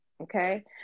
okay